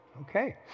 Okay